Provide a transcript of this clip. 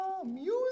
Music